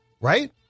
right